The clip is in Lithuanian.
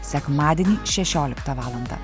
sekmadienį šešioliktą valandą